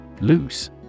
Loose